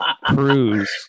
Cruise